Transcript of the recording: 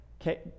okay